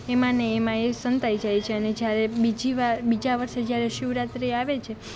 એમાં ને એમાં એ સંતાઈ જાય છે અને જ્યારે બીજીવાર બીજાં વર્ષે જ્યારે શિવરાત્રિ આવે છે